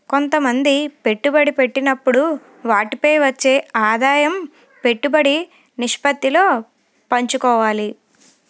కొంతమంది పెట్టుబడి పెట్టినప్పుడు వాటిపై వచ్చే ఆదాయం పెట్టుబడి నిష్పత్తిలో పంచుకోవాలి